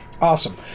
Awesome